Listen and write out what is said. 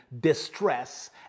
distress